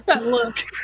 look